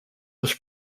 was